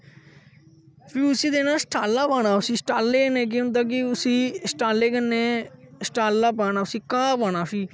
फिह् उसी देना शटाला पाना उसी शटाले कन्नै केह् होंदा कि उसी शटाले कन्नै स्टाला पाना उसी घा पाना फ्ही